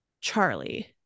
charlie